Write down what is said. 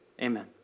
Amen